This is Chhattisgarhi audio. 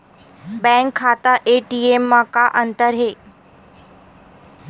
बैंक खाता ए.टी.एम मा का अंतर हे?